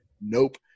Nope